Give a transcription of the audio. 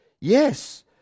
Yes